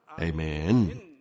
Amen